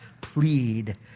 Plead